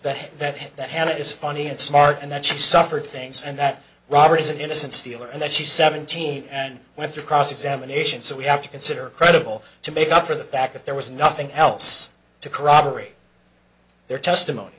that that that hannah is funny and smart and that she suffered things and that robert is an innocent stealer and that she seventeen and went through cross examination so we have to consider credible to make up for the back if there was nothing else to corroborate their testimony